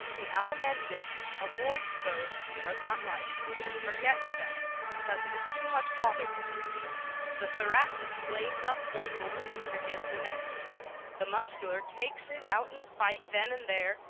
the alimentive avoids those he does not like and forgets them because it is too much bother to hate the thoracic flames up one moment and forgives the next the muscular takes it out in a fight then and there,